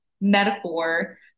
metaphor